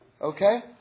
Okay